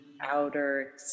outer